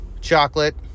chocolate